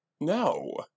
No